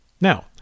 Now